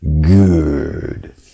good